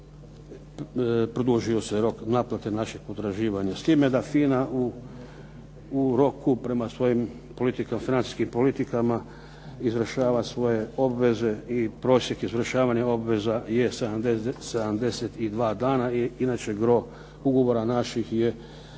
produžio se rok naplate našeg potraživanja. S time da "FINA" u roku prema svojim politikama o financijskim politikama izvršava svoje obveze i prosjek izvršavanja obveza je 72 dana i inače gro ugovora naših je